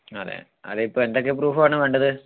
അതെ അതെ ഇപ്പോൾ എന്തൊക്കെ പ്രൂഫ് ഒക്കെയാണ് വേണ്ടത്